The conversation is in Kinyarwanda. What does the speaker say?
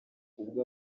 ubwo